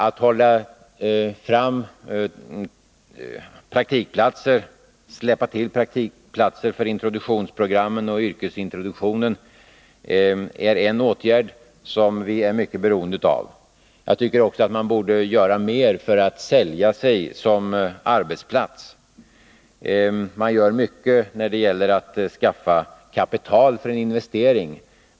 Att släppa till praktikplatser för introduktionsprogrammen och yrkesintroduktionen är en åtgärd som vi är mycket beroende av. Jag tycker också att man borde göra mer för att sälja sig som arbetsplats. Man gör mycket när det gäller att skaffa kapital för en investering.